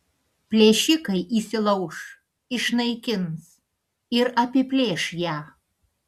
plėšikai įsilauš išnaikins ir apiplėš ją